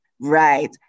Right